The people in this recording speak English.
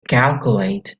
calculate